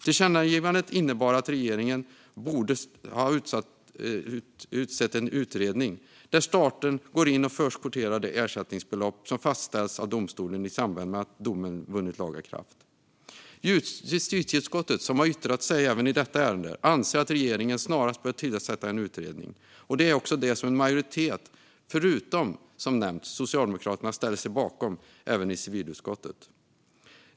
Tillkännagivandet innebar att regeringen borde ha inlett en utredning av en ordning där staten går in och förskotterar det ersättningsbelopp som fastställs av domstolen i samband med att domen vinner laga kraft. Justitieutskottet, som yttrat sig även i detta ärende, anser att regeringen snarast bör tillsätta en utredning. Det är också detta som en majoritet - utom, som nämnts, Socialdemokraterna - ställer sig bakom även i civilutskottet.